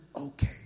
okay